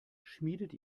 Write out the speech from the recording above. schmiedet